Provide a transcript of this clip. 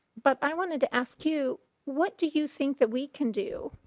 but i wanted to ask you what do you think that we can do.